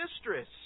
mistress